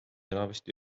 enamasti